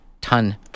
ton